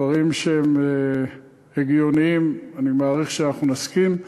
דברים שהם הגיוניים אני מעריך שאנחנו נסכים להם,